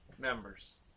members